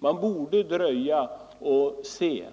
Man borde dröja och se,